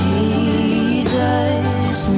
Jesus